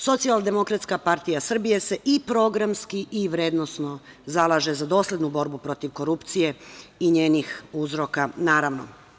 Socijaldemokratska partija Srbije se i programski i vrednosno zalaže za doslednu borbu protiv korupcije i njenih uzroka, naravno.